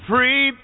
Free